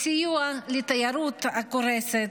בסיוע לתיירות הקורסת,